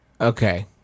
Okay